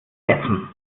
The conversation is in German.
essen